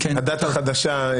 הדת החדשה,